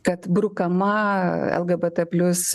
kad brukama lgbt plius